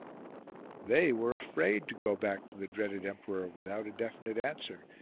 they were afraid to go back to the dreaded emperor without a definite answer,